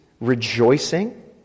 rejoicing